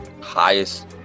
highest